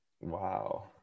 Wow